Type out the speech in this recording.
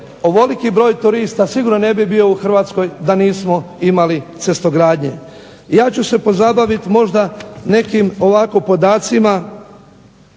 ovoliki broj turista sigurno ne bi bio u Hrvatskoj da nismo imali cestogradnje. Ja ću se pozabaviti možda nekim podacima